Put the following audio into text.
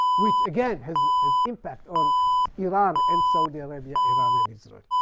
which, again, has has impact on iran and saudi arabia, iran and israel.